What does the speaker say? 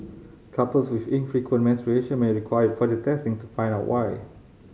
couples with infrequent menstruation may require further testing to find out why